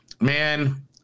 Man